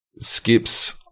skips